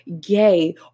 gay